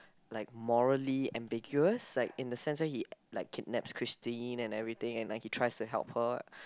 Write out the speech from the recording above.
like morally ambiguous like in a sense where he like kidnaps Christine and everything and like he tries to help her